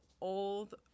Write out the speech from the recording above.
old